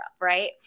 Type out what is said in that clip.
right